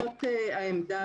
זאת העמדה.